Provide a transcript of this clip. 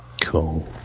Cool